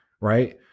right